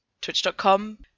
twitch.com